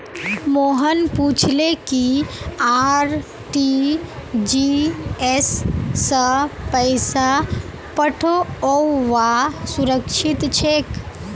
मोहन पूछले कि आर.टी.जी.एस स पैसा पठऔव्वा सुरक्षित छेक